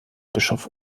bischof